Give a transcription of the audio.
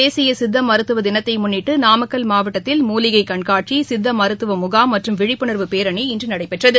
தேசிய சித்த மருத்துவ தினத்தை முன்னிட்டு நாமக்கல் மாவட்டத்தில் மூலிகை கண்காட்சி சித்த மருத்துவ முகாம் மற்றும் விழிப்புணர்வு பேரணி இன்று நடைபெற்றது